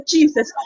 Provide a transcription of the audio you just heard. Jesus